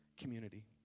community